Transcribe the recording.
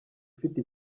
ufite